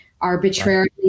arbitrarily